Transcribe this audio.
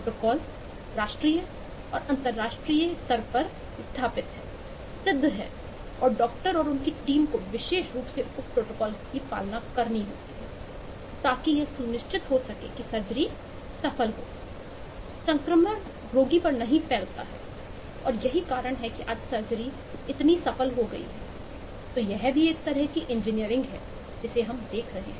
protocol राष्ट्रीय और अंतरराष्ट्रीय स्तर पर है स्थापित सिद्ध है और डॉक्टर और टीम को विशेष रूप से उस प्रोटोकॉल का पालन करना है ताकि यह सुनिश्चित हो सके की सर्जरी सफल होती है संक्रमण रोगी पर नहीं फैलता है और यही कारण है कि आज सर्जरी है जिसे हम देखते हैं